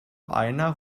einer